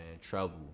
Trouble